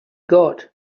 got